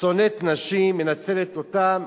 שונאת נשים, מנצלת אותן.